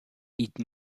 eton